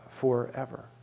forever